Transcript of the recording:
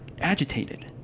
agitated